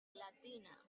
latina